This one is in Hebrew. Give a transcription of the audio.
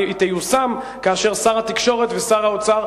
היא תיושם כאשר שר התקשורת ושר האוצר